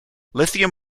lithium